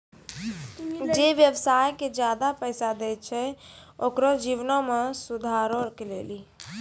जे व्यवसाय के ज्यादा पैसा दै छै ओकरो जीवनो मे सुधारो के लेली